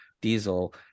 diesel